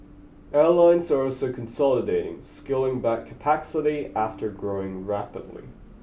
airlines are also consolidating scaling back capacity after growing rapidly